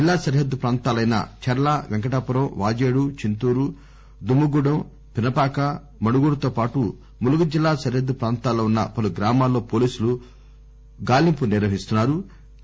జిల్లా సరిహద్దు ప్రాంతాలైన చర్ల పెంకటాపురం వాజేడు చింతూరు దుమ్ముగూడెం పినపాక మణుగూరుతో పాటు ములుగు జిల్లా సరిహద్దు ప్రాంతాల్లో ఉన్స పలు గ్రామాల్లో పోలీసులు కూంబింగ్ నిర్వహిస్తున్నారు